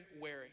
wary